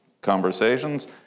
conversations